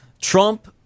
Trump